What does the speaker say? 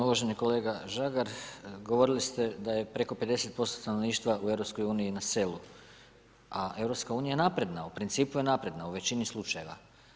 Uvaženi kolega Žagar, govorili ste da je preko 50% stanovništva u EU-u na selu a EU je napredna, u principu je napredna, u većini slučajeva.